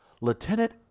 Lieutenant